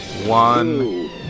One